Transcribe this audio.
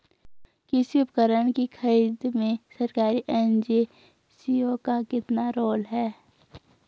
कृषि उपकरण की खरीद में सरकारी एजेंसियों का कितना रोल है?